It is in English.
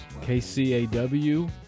KCAW